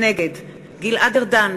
נגד גלעד ארדן,